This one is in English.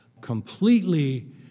completely